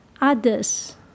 others